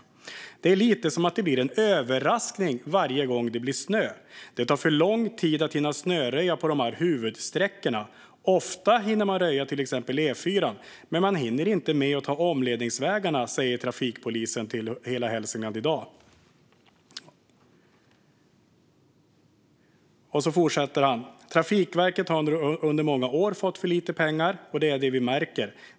Svaret är: "- Det är lite som att det blir en överraskning varje gång det blir snö. Det tar för lång tid att hinna snöröja på de här huvudsträckorna. Ofta hinner man röja till exempel E4, men man hinner inte med att ta omledningsvägarna." Det säger trafikpolisen enligt helahalsingland.se i dag. Han fortsätter: "- Trafikverket har under många år fått för lite pengar och det är det vi märker.